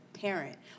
parent